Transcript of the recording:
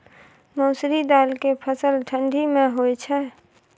मसुरि दाल के फसल ठंडी मे होय छै?